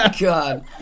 God